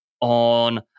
on